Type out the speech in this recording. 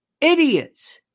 idiots